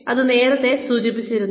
ഇത് ഞാൻ നേരത്തെ സൂചിപ്പിച്ചിരുന്നു